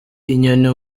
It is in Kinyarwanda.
inyoni